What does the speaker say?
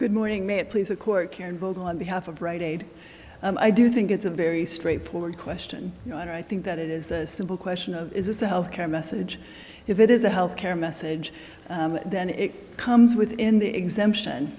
good morning may it please the court karen vogel on behalf of rite aid i do think it's a very straightforward question and i think that it is a simple question of is this a health care message if it is a health care message then it comes within the exemption